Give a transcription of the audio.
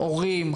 הורים,